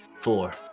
four